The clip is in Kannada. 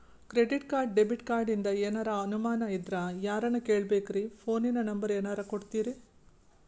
ಕ್ರೆಡಿಟ್ ಕಾರ್ಡ, ಡೆಬಿಟ ಕಾರ್ಡಿಂದ ಏನರ ಅನಮಾನ ಇದ್ರ ಯಾರನ್ ಕೇಳಬೇಕ್ರೀ, ಫೋನಿನ ನಂಬರ ಏನರ ಕೊಡ್ತೀರಿ?